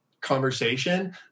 conversation